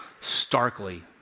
starkly